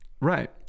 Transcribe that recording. Right